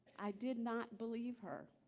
i did not believe her.